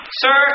sir